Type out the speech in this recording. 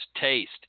taste